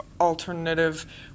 alternative